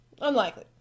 Unlikely